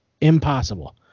impossible